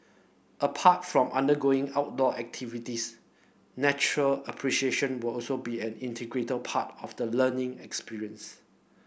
apart from undergoing outdoor activities nature appreciation will also be an integral part of the learning experience